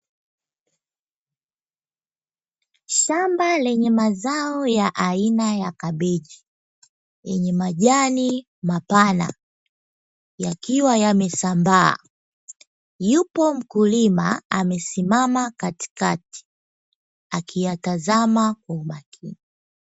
Shamba lenye mazao ya aina ya kabeji yenye majani mapana yakiwa yamesambaa, yupo mkulima akiwa amesimama katikati akiyatazama kwa umakini.